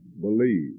believe